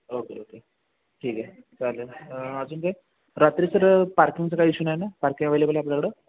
okay okay ठीक आहे चालेल अजून काय रात्री सर पार्किंगचं काय इशू नाही ना पार्किंग अव्हेलेबल आहे आपल्याकडं